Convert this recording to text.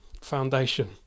Foundation